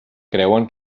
creuen